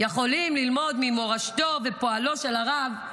יכולים ללמוד ממורשתו ומפועלו של הרב,